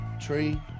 Tree